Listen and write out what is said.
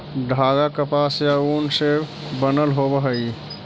धागा कपास या ऊन से बनल होवऽ हई